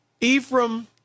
Ephraim